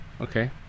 okay